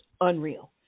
unreal